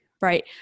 right